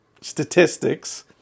statistics